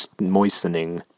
Moistening